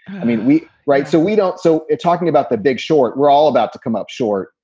i mean, we. right. so we don't. so talking about the big short, we're all about to come up short.